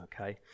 okay